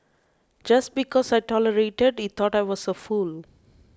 just because I tolerated he thought I was a fool